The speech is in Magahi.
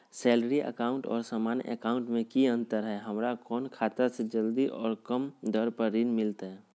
सैलरी अकाउंट और सामान्य अकाउंट मे की अंतर है हमरा कौन खाता से जल्दी और कम दर पर ऋण मिलतय?